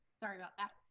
sorry about that.